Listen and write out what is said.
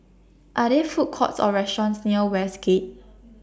Are There Food Courts Or restaurants near Westgate